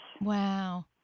Wow